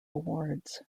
awards